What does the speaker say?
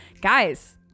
Guys